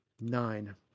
nine